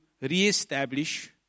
reestablish